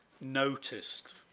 noticed